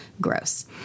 Gross